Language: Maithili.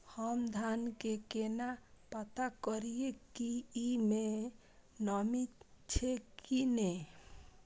हम धान के केना पता करिए की ई में नमी छे की ने?